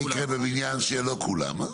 מה יקרה בבניין שלא כולם.